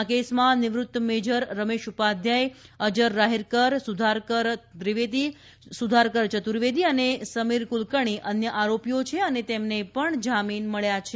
આ કેસમાં નિવૃત્ત મેજર રમેશ ઉપાધ્યાય અજય રાહીરકર સુધાકર દ્વિવેદી સુધાકર ચતુર્વેદી અને સમીર કુલકર્ણી અન્ય આરોપીઓ છે અને તેમને પણ જામીન મળ્યા છે